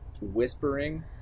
Whispering